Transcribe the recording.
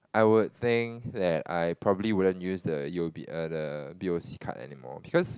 I would think that I probably wouldn't use the u_o_b err the b_o_c card anymore because